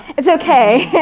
it's okay.